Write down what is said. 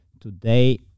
Today